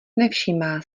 nevšímá